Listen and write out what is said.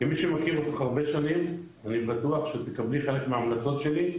כמי שמכיר אותך הרבה שנים אני בטוח שתקבלי חלק מההמלצות שלי,